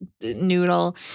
noodle